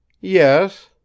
Yes